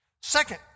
Second